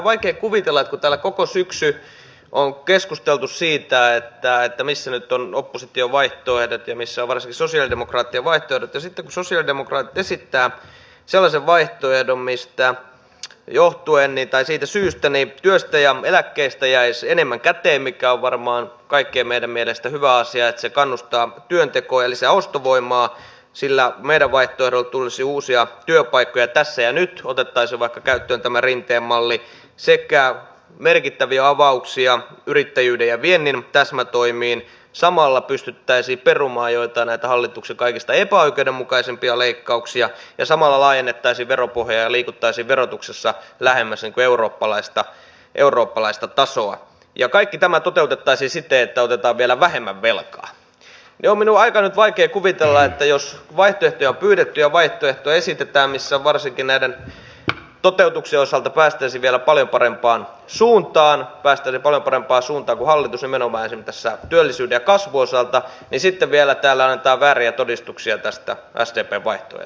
kun täällä koko syksy on keskusteltu siitä missä nyt ovat opposition vaihtoehdot ja missä ovat varsinkin sosialidemokraattien vaihtoehdot ja sitten kun sosialidemokraatit esittävät sellaisen vaihtoehdon mistä syystä työstä ja eläkkeistä jäisi enemmän käteen mikä on varmaan kaikkien meidän mielestä hyvä asia kun se kannustaa työtekoon ja lisää ostovoimaa ja kun sillä meidän vaihtoehdolla tulisi uusia työpaikkoja tässä ja nyt otettaisiin jo vaikka käyttöön tämä rinteen malli sekä merkittäviä avauksia yrittäjyyden ja viennin täsmätoimiin samalla pystyttäisiin perumaan joitain näitä hallituksen kaikista epäoikeudenmukaisimpia leikkauksia ja samalla laajennettaisiin veropohjaa ja liikuttaisiin verotuksessa lähemmäs eurooppalaista tasoa ja kaikki tämä toteutettaisiin siten että otetaan vielä vähemmän velkaa niin on minun aika vaikea nyt kuvitella että jos vaihtoehtoja on pyydetty ja vaihtoehtoja esitetään missä varsinkin näiden toteutuksen osalta päästäisiin vielä paljon parempaan suuntaan päästäisiin paljon parempaan suuntaan kuin hallitus nimenomaan tässä työllisyyden ja kasvun osalta niin sitten vielä täällä annetaan vääriä todistuksia tästä sdpn vaihtoehdosta